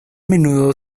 menudo